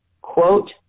quote